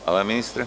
Hvala, ministre.